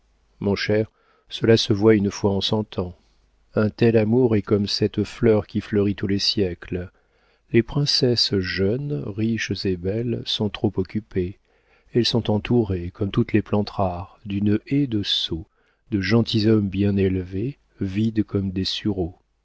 mon cher cela se voit une fois en cent ans un tel amour est comme cette fleur qui fleurit tous les siècles les princesses jeunes riches et belles sont trop occupées elles sont entourées comme toutes les plantes rares d'une haie de sots gentilshommes bien élevés vides comme des sureaux